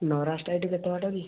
ନରାଜଟା ଏଇଠୁ କେତେ ବାଟ କି